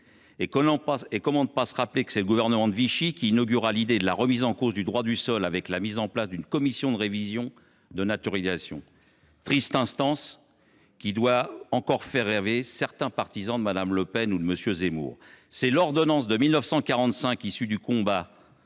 ! Comment ne pas se rappeler que c’est le gouvernement de Vichy qui inaugura l’idée de la remise en cause du droit du sol, avec la mise en place d’une commission de révision de naturalisation, triste instance qui doit encore faire rêver certains partisans de Mme Le Pen ou de M. Zemmour ! C’est l’ordonnance du 19 octobre 1945, issue du combat,